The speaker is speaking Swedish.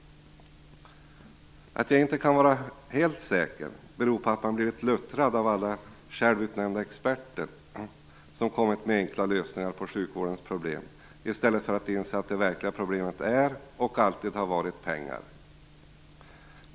Att jag inte kan vara helt säker beror på att man blivit luttrad av alla självutnämnda experter som kommit med enkla lösningar på sjukvårdens problem i stället för att inse att det verkliga problemet är, och alltid har varit, pengar.